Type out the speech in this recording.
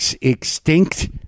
extinct